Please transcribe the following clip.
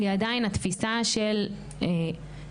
היא עדיין התפיסה של פעם,